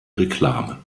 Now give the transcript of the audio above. reklame